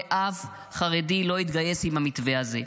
ואף חרדי לא יתגייס עם המתווה הזה.